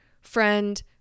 friend